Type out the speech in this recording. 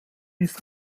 ist